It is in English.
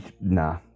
Nah